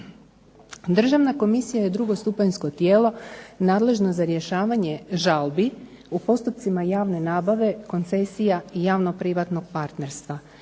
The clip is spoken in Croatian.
Državna komisija je drugostupanjsko tijelo nadležno za rješavanje žalbi u postupcima javne nabave, koncesija i javno-privatnog partnerstva.